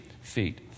feet